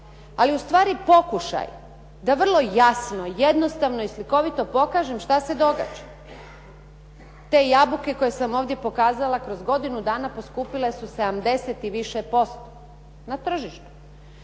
ali ustvari pokušaj da vrlo jasno, jednostavno i slikovito pokažem šta se događa. Te jabuke koje sam ovdje pokazala kroz godinu dana poskupile su 70 i više posto na tržištu.